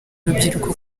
urubyiruko